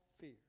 fear